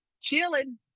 chilling